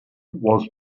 was